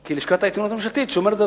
כי לשכת העיתונות הממשלתית שומרת על